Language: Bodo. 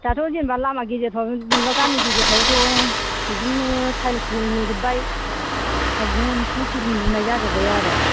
दाथ' जेनबा लामा गेजेरफ्राव जेन'बा गामि गेजेरफ्रावबोथ' बिदिनो थायेल्स होजोबबाय दा बिदिनो होजोबनाय जाजोबाय आरो